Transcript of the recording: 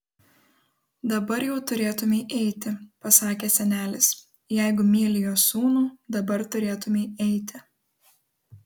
dabar jau turėtumei eiti pasakė senelis jeigu myli jo sūnų dabar turėtumei eiti